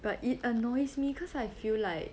but it annoys me cause I feel like